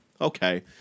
okay